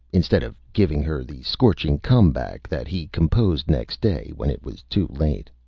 instead of giving her the scorching come-back that he composed next day, when it was too late.